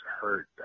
hurt